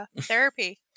Therapy